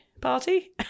party